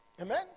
Amen